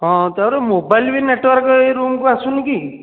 ହଁ ତା'ପରେ ମୋବାଇଲ୍ ବି ନେଟ୍ୱର୍କ୍ ଏ ରୁମ୍କୁ ଆସୁନି କି